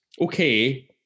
okay